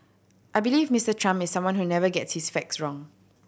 I believe Mister Trump is someone who never gets his facts wrong